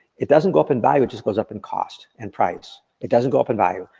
it doesn't go up in value, it just goes up in cost and price. it doesn't go up in value.